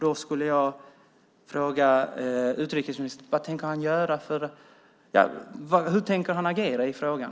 Jag vill fråga utrikesministern hur han tänker agera i frågan.